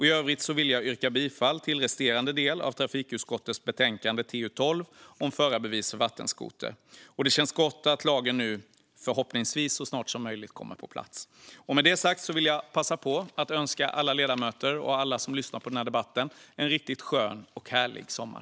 I övrigt vill jag yrka bifall till förslaget gällande resterande del av trafikutskottets betänkande TU12 Förarbevis för vattenskoter . Det känns gott att lagen förhoppningsvis kommer på plats så snart som möjligt. Med det sagt vill jag passa på att önska alla ledamöter och alla som lyssnar på debatten en riktigt skön och härlig sommar.